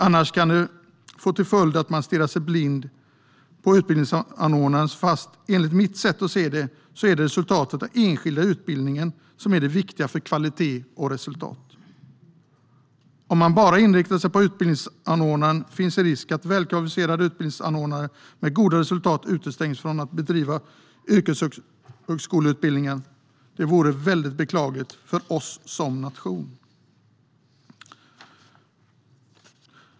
Annars kan det få till följd att man stirrar sig blind på utbildningsanordnaren, trots att det - enligt mitt synsätt - är den enskilda utbildningen som är det viktiga för kvalitet och resultat. Om man bara inriktar sig på utbildningsanordnaren finns risk att välkvalificerade utbildningsanordnare med goda resultat utestängs från att bedriva yrkeshögskoleutbildning, vilket vore väldigt beklagligt för oss som nation.